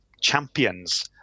champions